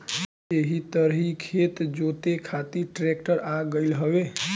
एही तरही खेत जोते खातिर ट्रेक्टर आ गईल हवे